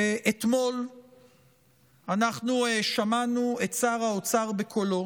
אתמול אנחנו שמענו את שר האוצר בקולו